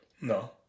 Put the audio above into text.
No